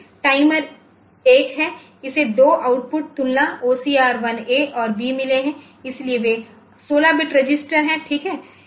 फिर टाइमर 1 में इसे दो आउटपुट तुलना OCR1 A और B मिले हैं वे 16 बिट रजिस्टर हैं ठीक हैं